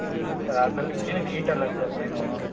ಅಲ್ಲ ಸರ್ ಅದು ನಮ್ಗೆ ಏನು ಗೀಟಲ್ಲ ಸರ್ ಏನು